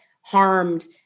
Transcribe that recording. harmed